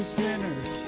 sinners